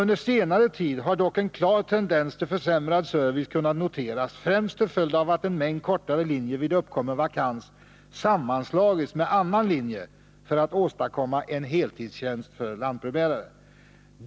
Under senare tid har dock en klar tendens till försämrad service kunnat noteras främst till följd av att en mängd kortare linjer vid uppkommen vakans sammanslagits med annan linje för att åstadkomma en heltidstjänst för lantbrevbärare.